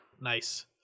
Nice